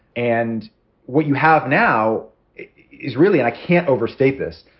and what you have now is really i can't overstate this.